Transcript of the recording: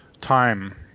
time